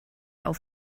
auf